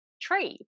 tree